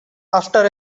after